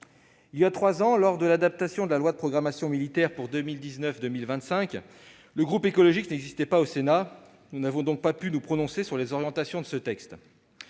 Il y a trois ans, lors de l'adaptation de la loi de programmation militaire pour 2019-2025, le groupe écologiste n'existait pas au Sénat ; il n'a donc pas pu se prononcer sur les orientations de ce texte.